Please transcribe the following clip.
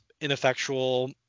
ineffectual